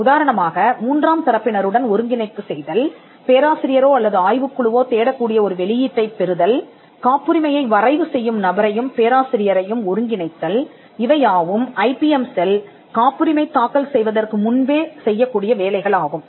உதாரணமாக மூன்றாம் தரப்பினருடன் ஒருங்கிணைப்பு செய்தல் பேராசிரியரோ அல்லது ஆய்வுக்குழுவோ தேடக் கூடிய ஒரு வெளியீட்டைப் பெறுதல் காப்புரிமையை வரைவு செய்யும் நபரையும் பேராசிரியரையும் ஒருங்கிணைத்தல் இவையாவும் ஐபிஎம் செல் காப்புரிமை தாக்கல் செய்வதற்கு முன்பே செய்யக்கூடிய வேலைகள் ஆகும்